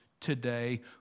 today